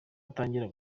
atangira